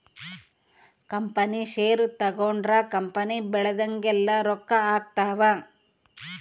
company share ತಗೊಂಡ್ರ company ಬೆಳ್ದಂಗೆಲ್ಲ ರೊಕ್ಕ ಆಗ್ತವ್